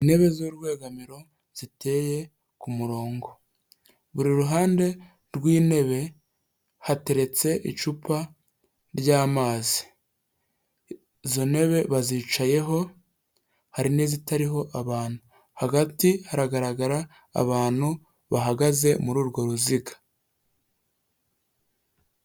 Intebe z'ubwoko bumwe ziteye ku ku murongo, buri ruhande rw'intebe hateretse icupa ry'amazi, izo ntebe bazicayeho, hari n'izitariho abantu, hagati haragaragara abantu bahagaze muri urwo ruziga.